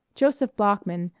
joseph bloeckman,